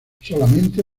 solamente